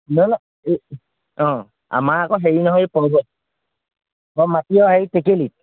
অঁ আমাৰ আকৌ হেৰি নহয় এই অঁ মাটিয়ৰ হেৰি টেকেলি